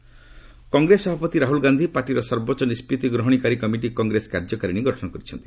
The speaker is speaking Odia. ସିଡବ୍ଲ୍ୟୁସି କଂଗ୍ରେସ ସଭାପତି ରାହୁଲ ଗାନ୍ଧି ପାର୍ଟିର ସର୍ବୋଚ୍ଚ ନିଷ୍ପଭି ଗ୍ରହଣକାରୀ କମିଟି କଂଗ୍ରେସ କାର୍ଯ୍ୟକାରିଣୀ ଗଠନ କରିଛନ୍ତି